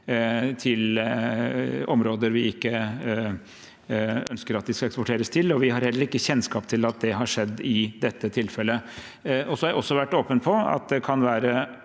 til områder vi ikke ønsker at det skal eksporteres til. Vi har heller ikke kjennskap til at det har skjedd i dette tilfellet. Jeg har vært åpen om at det kan være